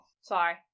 Sorry